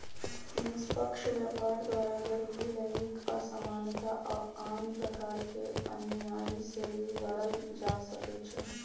निष्पक्ष व्यापार द्वारा गरीबी, लैंगिक असमानता आऽ आन प्रकार के अनिआइ से लड़ल जा सकइ छै